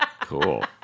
Cool